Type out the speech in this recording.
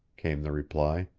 came the reply.